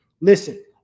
Listen